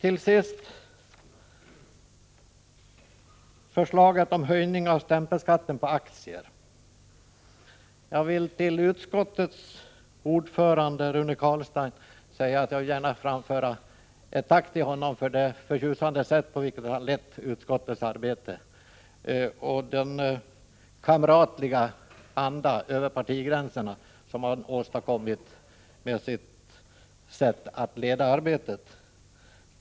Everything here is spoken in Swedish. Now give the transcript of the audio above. Innan jag tar upp förslaget om höjning av stämpelskatten på aktier, vill jag till utskottets ordförande Rune Carlstein säga att jag gärna vill framföra ett tack till honom för det förtjusande sätt på vilket han har lett utskottets arbete och för den kamratliga anda över partigränserna han har åstadkommit med sitt sätt att leda arbetet.